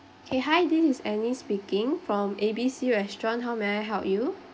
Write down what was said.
K hi this annie speaking from A B C restaurant how may I help you